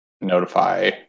notify